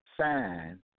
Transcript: sign